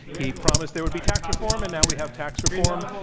he promised there would be tax reform, and now we have tax reform.